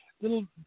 little